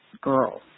girls